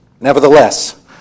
nevertheless